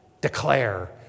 Declare